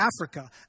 Africa